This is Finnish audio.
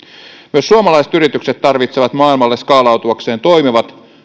myös suomalaiset yritykset tarvitsevat maailmalle skaalautuakseen toimivat